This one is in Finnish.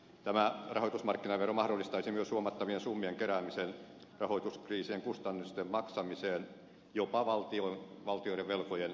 tämä rahoitusmarkkinavero mahdollistaisi myös huomattavien summien keräämisen rahoituskriisien kustannusten maksamiseen jopa valtioiden velkojen lyhentämiseen